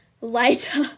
lighter